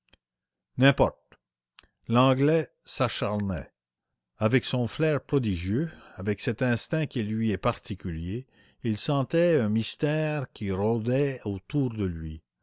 avec son flair prodigieux avec cet instinct qui lui est si particulier il sentait un mystère qui rôdait autour de lui